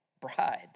Bride